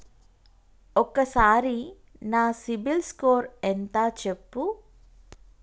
ఒక్కసారి నా సిబిల్ స్కోర్ ఎంత చెప్పు?